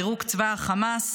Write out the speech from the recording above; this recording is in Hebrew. פירוק צבא החמאס,